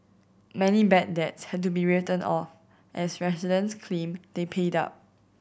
many bad debts had to be written off as residents claim they paid up